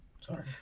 Sorry